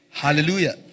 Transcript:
Hallelujah